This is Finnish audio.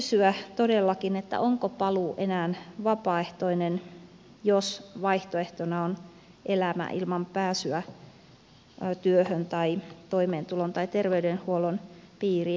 voi kysyä todellakin onko paluu enää vapaaehtoinen jos vaihtoehtona on elämä ilman pääsyä työhön tai toimeentulon tai terveydenhuollon piiriin